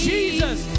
Jesus